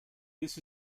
this